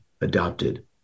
adopted